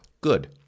Good